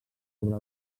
sobre